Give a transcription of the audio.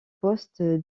poste